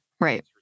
Right